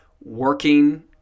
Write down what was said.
working